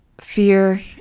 fear